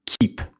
keep